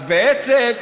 אז בעצם,